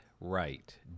right